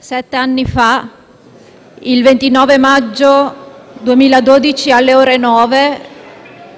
sette anni fa, il 29 maggio 2012, alle ore 9,